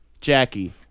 Jackie